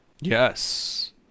yes